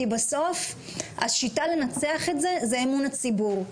כי בסוף השיטה לנצח את זה היא אמון הציבור.